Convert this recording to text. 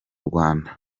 rwanda